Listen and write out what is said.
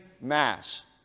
mass